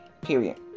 period